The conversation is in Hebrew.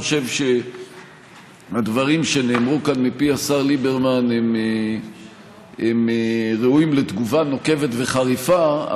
חושב שהדברים שנאמרו כאן מפי השר ליברמן הם ראויים לתגובה נוקבת וחריפה,